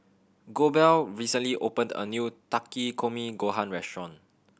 Goebel recently opened a new Takikomi Gohan Restaurant